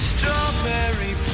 Strawberry